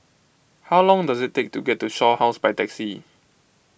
how long does it take to get to Shaw House by taxi